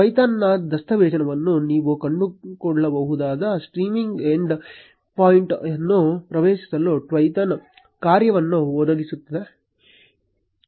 Twython ನ ದಸ್ತಾವೇಜನ್ನು ನೀವು ಕಂಡುಕೊಳ್ಳಬಹುದಾದ ಸ್ಟ್ರೀಮಿಂಗ್ ಎಂಡ್ ಪಾಯಿಂಟ್ ಅನ್ನು ಪ್ರವೇಶಿಸಲು Twython ಕಾರ್ಯವನ್ನು ಒದಗಿಸುತ್ತದೆ